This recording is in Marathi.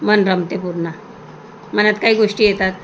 मन रमते पूर्ण मनात काय गोष्टी येतात